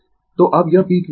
तो अब यह पीक वैल्यू है